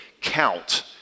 count